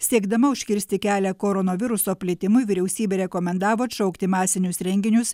siekdama užkirsti kelią koronaviruso plitimui vyriausybė rekomendavo atšaukti masinius renginius